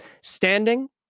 standing